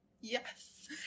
Yes